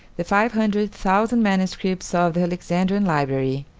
the five hundred thousand manuscripts of the alexandrian library,